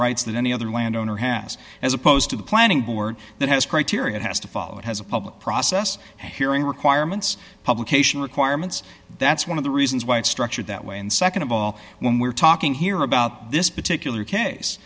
rights that any other landowner has as opposed to the planning board that has criteria has to follow it has a public process hearing requirements publication requirements that's one of the reasons why it's structured that way and nd of all when we're talking here about this particular case